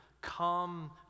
come